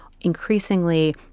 increasingly